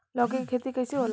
लौकी के खेती कइसे होला?